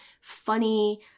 funny